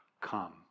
come